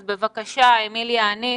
בבקשה, אמיליה אניס.